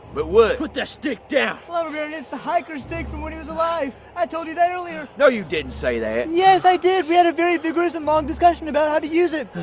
but what? put that stick down. lumber baron, it's the hiker's stick from when he was alive. i told you that earlier. no you didn't say that. yes i did, we had a very vigorous and long discussion about how to you it.